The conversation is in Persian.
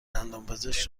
دندانپزشک